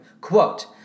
Quote